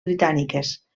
britàniques